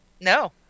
No